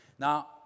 Now